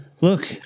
Look